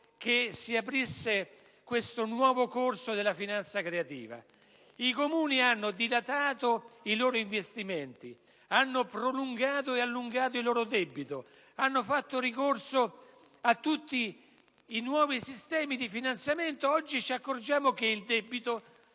che si aprisse questo nuovo corso della finanza creativa; i Comuni hanno dilatato i loro investimenti, hanno prolungato ed allungato il proprio debito, hanno fatto ricorso a tutti i nuovi sistemi di finanziamento. Oggi ci accorgiamo che il debito